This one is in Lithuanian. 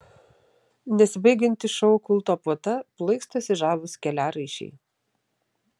nesibaigianti šou kulto puota plaikstosi žavūs keliaraiščiai